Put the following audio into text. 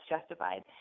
justified